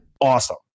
Awesome